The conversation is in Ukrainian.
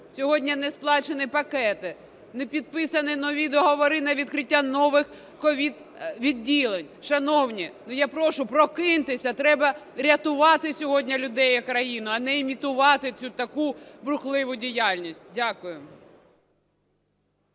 Сьогодні не сплачені пакети, не підписані нові договори на відкриття нових ковід-відділень. Шановні, ну, я прошу прокиньтесь, треба рятувати сьогодні людей і країну, а не імітувати цю таку бурхливу діяльність. Дякую.